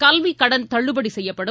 கல்விக்கடன் தள்ளுபடிசெய்யப்படும்